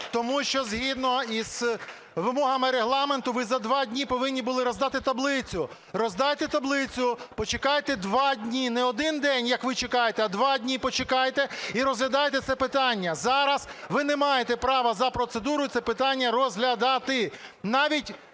Тому що згідно із вимогами Регламенту ви за два дні повинні були роздати таблицю. Роздайте таблицю, почекайте два дні, не один день, як ви чекаєте, а два дні почекайте, і розглядайте це питання. Зараз ви не маєте права за процедурою це питання розглядати,